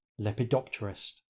Lepidopterist